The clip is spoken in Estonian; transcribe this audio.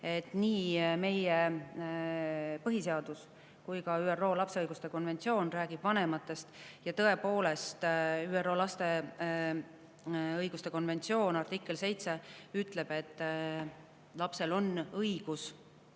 nii meie põhiseadus kui ka ÜRO lapse õiguste konventsioon räägib vanematest. Ja tõepoolest, ÜRO lapse õiguste konventsiooni artikkel 7 ütleb, et lapsel on õigus